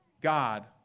God